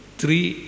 three